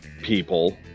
people